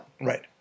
Right